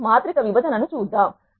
ఇప్పుడు మాత్రిక విభజన ను చూద్దాం